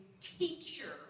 teacher